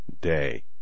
day